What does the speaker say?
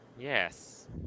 Yes